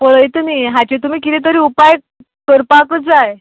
पळयता न्ही हाचेर तुमी किदें तरी उपाय करपाक जाय